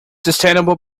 sustainable